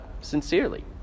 sincerely